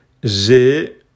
J'ai